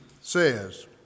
says